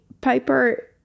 Piper